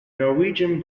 norwegian